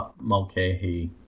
Mulcahy